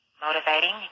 motivating